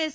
S